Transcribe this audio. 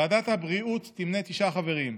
ועדת הבריאות תמנה תשעה חברים: